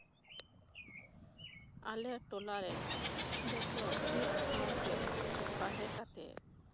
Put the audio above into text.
ᱟᱞᱮ ᱴᱚᱞᱟ ᱨᱮ ᱡᱚᱛᱚ ᱢᱤᱫ ᱥᱟᱶᱛᱮ ᱛᱟᱦᱮᱸ ᱠᱟᱛᱮ